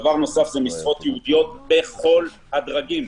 דבר נוסף זה משרות ייעודיות בכל הדרגים.